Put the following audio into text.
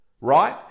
right